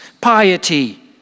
piety